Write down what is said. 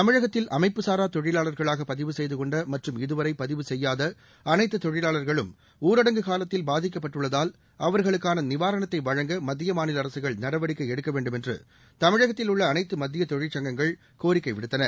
தமிழகத்தில் அமைப்புசாரா தொழிலாளா்களாக பதிவு செய்து கொண்ட மற்றம் இதுவரை பதிவு செய்யாத அனைத்து தொழிலாளர்களும் ஊரடங்கு காலத்தில் பாதிக்கப்பட்டுள்ளதால் அவர்களுக்கான நிவாரணத்தை வழங்க மத்திய மாநில அரசுகள் நடவடிக்கை எடுக்க வேண்டும் என்று தமிழகத்தில் உள்ள அனைத்து மத்திய தொழிற்சங்கங்கள் கோரிக்கை விடுத்தன